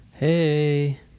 Hey